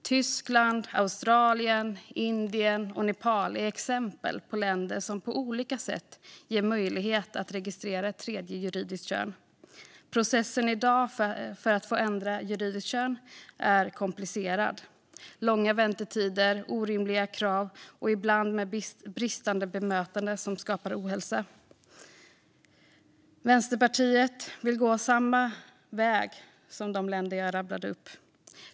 Tyskland, Australien, Indien och Nepal är exempel på länder som på olika sätt ger möjlighet att registrera ett tredje juridiskt kön. Processen för att få ändra juridiskt kön är i dag komplicerad med långa väntetider, orimliga krav och ibland bristande bemötande som skapar ohälsa. Vänsterpartiet vill gå samma väg som de länder jag rabblade upp.